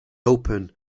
open